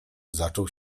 zaczął